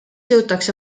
jõutakse